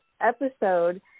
episode